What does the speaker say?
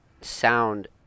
Sound